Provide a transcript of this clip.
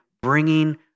bringing